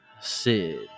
sid